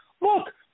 look